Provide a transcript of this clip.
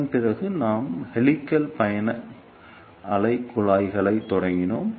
அதன் பிறகு நாங்கள் ஹெலிக்ஸ் பயண அலைக் குழாய்களைத் தொடங்கினோம்